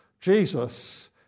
Jesus